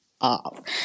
up